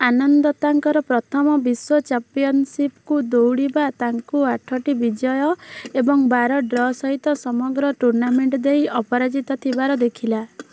ଆନନ୍ଦ ତାଙ୍କର ପ୍ରଥମ ବିଶ୍ୱ ଚମ୍ପିଅନସିପ୍କୁ ଦୌଡ଼ିବା ତାଙ୍କୁ ଆଠଟି ବିଜୟ ଏବଂ ବାର ଡ୍ର ସହିତ ସମଗ୍ର ଟୁର୍ନାମେଣ୍ଟ୍ ଦେଇ ଅପରାଜିତ ଥିବାର ଦେଖିଲା